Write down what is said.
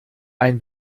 ein